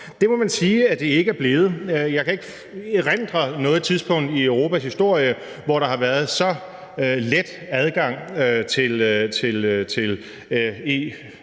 Det må man sige at det ikke er blevet. Jeg kan ikke erindre noget tidspunkt i Europas historie, hvor der har været så let adgang til EU's